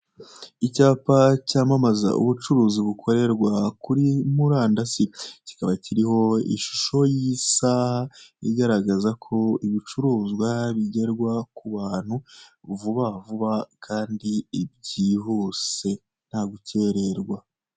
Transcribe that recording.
Icyapa cyamamaza ubucuruzi bukorerwa kuri murandasi. Kikaba kiriho ishusho y'isaha igaragaza ko ibicuruzwa bigerwa ku bantu vuba vuba kandi byihuse, nta gukererwa.